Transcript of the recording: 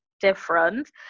different